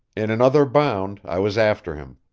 in another bound i was after him.